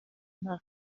nta